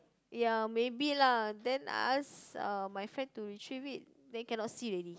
ya maybe lah then ask uh my friend to retrieve it then cannot see already